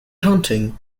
hunting